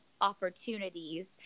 opportunities